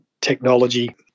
technology